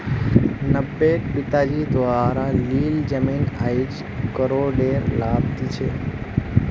नब्बेट पिताजी द्वारा लील जमीन आईज करोडेर लाभ दी छ